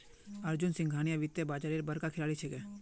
अर्जुन सिंघानिया वित्तीय बाजारेर बड़का खिलाड़ी छिके